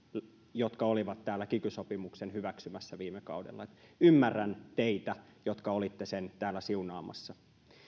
jotka olivat täällä kiky sopimuksen hyväksymässä viime kaudella ymmärrän teitä jotka olitte sen täällä siunaamassa